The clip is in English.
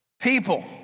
People